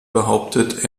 behauptet